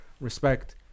respect